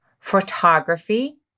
photography